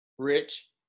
Rich